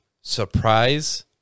surprise